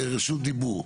רשות דיבור.